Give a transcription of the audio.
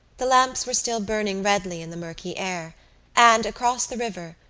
the lamps were still burning redly in the murky air and, across the river,